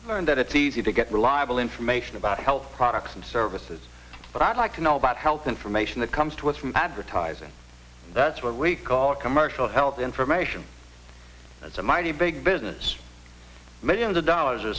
i've learned that it's easy to get reliable information about health products and services but i'd like to know about health information that comes to us from advertising that's what we call commercial health information that's a mighty big business millions of dollars are